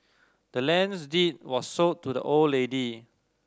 the land's deed was sold to the old lady